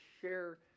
share